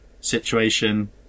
situation